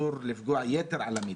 שאסור לפגוע יתר על המידה,